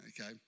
okay